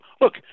look